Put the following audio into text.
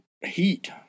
heat